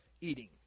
eating